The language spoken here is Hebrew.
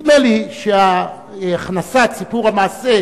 נדמה לי שהכנסת סיפור המעשה,